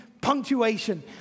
punctuation